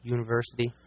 University